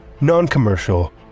Non-Commercial